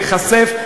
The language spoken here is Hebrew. והיא תיחשף,